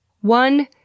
One